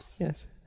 Yes